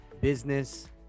business